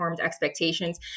expectations